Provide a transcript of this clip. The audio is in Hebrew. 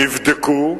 הן נבדקו,